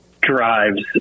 drives